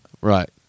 Right